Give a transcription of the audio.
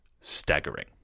staggering